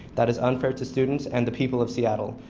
that is unfair to students and the people of seattle.